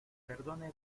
perdone